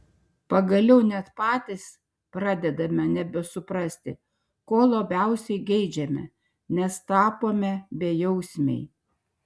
pagaliau net patys pradedame nebesuprasti ko labiausiai geidžiame nes tapome bejausmiai